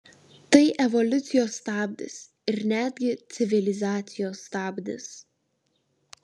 tai evoliucijos stabdis ir netgi civilizacijos stabdis